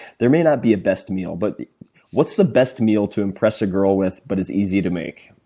there may not be a best meal, but what's the best meal to impress a girl with but is easy to make?